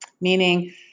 meaning